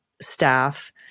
staff